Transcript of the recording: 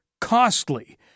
costly